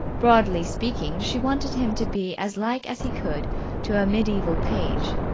broadly speaking, she wanted him to be as like as he could to a medieval page,